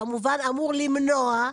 כמובן אמור למנוע.